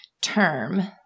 term